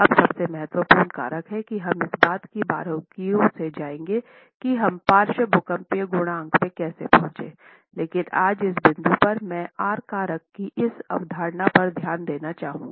अब सबसे महत्वपूर्ण कारक हैं हम इस बात की बारीकियों में जाएंगे कि हम पार्श्व भूकंपीय गुणांक में कैसे पहुंचे लेकिन आज इस बिंदु पर मैं आर कारकों की इस अवधारणा पर ध्यान देना चाहूंगा